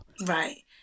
Right